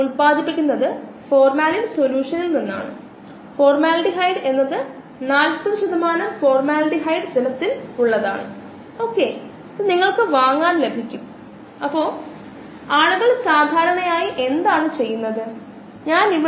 limiting substrate പരിഗണിച്ച് S എന്നത് limiting substrate ആണ് നമുക്ക് പറയാം നിർദ്ദിഷ്ട വളർച്ചാ നിരക്കിന്റെ വ്യതിയാനം mu rx നമ്മൾ പറഞ്ഞ mu x ന് തുല്യമാണെന്ന് ഓർമ്മിക്കുക rxμx അതിനാൽ ഇവിടെ ഇതേ mu ആണെന്ന് നമുക്ക് പറയാം സബ്സ്ട്രേറ്റ് കേന്ദ്രീകരണത്തോടുകൂടിയ നിർദ്ദിഷ്ട വളർച്ചാ നിരക്കിന്റെ വ്യത്യാസം ഈ ഗ്രാഫിൽ നൽകിയിരിക്കുന്നു